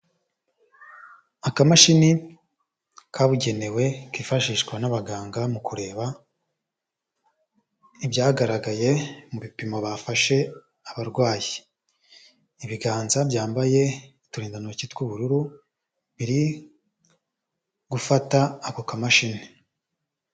Akamashini kabugenewe kifashishwa n'abaganga mu kureba ibyagaragaye mu bipimo bafashe abarwayi, ibiganza byambaye uturindantoki tw'ubururu, biri gufata ako kamashini.